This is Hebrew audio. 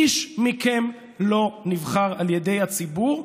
איש מכם לא נבחר על ידי הציבור.